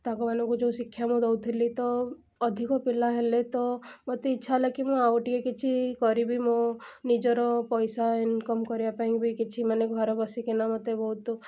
ତାଙ୍କମାନଙ୍କୁ ଯେଉଁ ଶିକ୍ଷା ମୁଁ ଦେଉଥିଲି ତ ଅଧିକ ପିଲା ହେଲେ ତ ମୋତେ ଇଛା ହେଲା କି ମୁଁ ଆଉ ଗୋଟିଏ କିଛି କରିବି ମୁଁ ନିଜର ପଇସା ଇନ୍କମ୍ କରିବାପାଇଁ ବି କିଛି ମାନେ ଘରେ ବସିକିନା ମୋତେ ବହୁତ